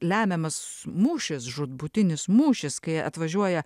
lemiamas mūšis žūtbūtinis mūšis kai atvažiuoja